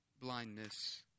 blindness